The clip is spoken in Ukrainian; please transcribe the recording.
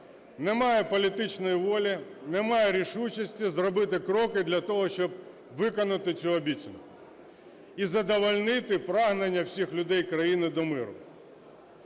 Немає політичної волі, немає рішучості зробити кроки для того, щоб виконати цю обіцянку і задовольнити прагнення всіх людей країни до миру.